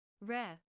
rare